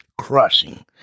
Crushing